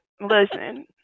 Listen